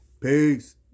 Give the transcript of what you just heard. Peace